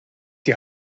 die